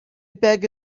beg